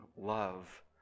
love